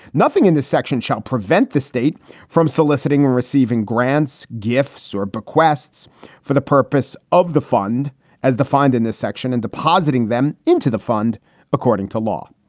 nothing in this section shall prevent the state from soliciting and receiving grants, gifts or bequests for the purpose of the fund as defined in this section and depositing them into the fund according to law